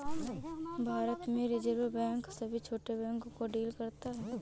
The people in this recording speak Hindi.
भारत में रिज़र्व बैंक सभी छोटे बैंक को डील करता है